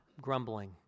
grumbling